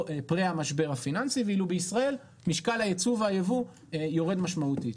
המשבר הפיננסי ואילו בישראל משקל היצוא והיבוא יורד משמעותית.